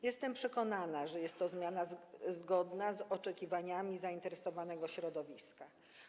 Jestem przekonana, że jest to zmiana zgodna z oczekiwaniami zainteresowanego środowiska.